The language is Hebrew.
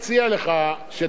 חבר הכנסת ברכה,